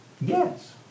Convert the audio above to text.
Yes